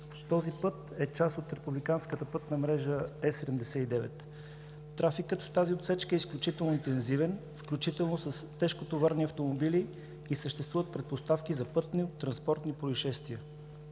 Този път е част от Републиканската пътна мрежа Е-79. Трафикът в тази отсечка е изключително интензивен, включително с тежкотоварни автомобили, и съществуват предпоставки за пътно-транспортни произшествия.